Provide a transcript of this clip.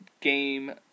game